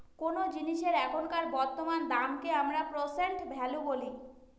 কোনো জিনিসের এখনকার বর্তমান দামকে আমরা প্রেসেন্ট ভ্যালু বলি